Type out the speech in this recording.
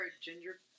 ginger